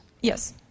Yes